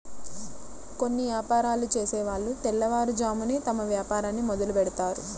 కొన్ని యాపారాలు చేసేవాళ్ళు తెల్లవారుజామునే తమ వ్యాపారాన్ని మొదలుబెడ్తారు